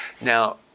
Now